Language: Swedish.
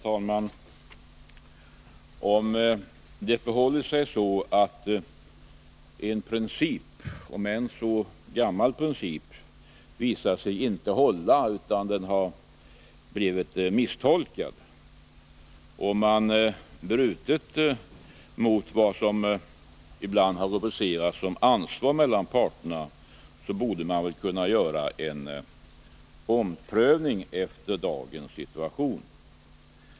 Herr talman! Om det förhåller sig så att en princip, om än aldrig så gammal, visar sig inte hålla, utan har blivit misstolkad, och om det har förekommit brott mot vad som ibland har rubricerats som ansvar mellan parterna, så borde man väl kunna företa en omprövning i dagens situation.